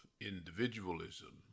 individualism